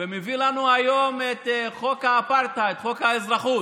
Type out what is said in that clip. ומביא לנו היום את חוק האפרטהייד, חוק האזרחות,